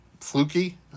fluky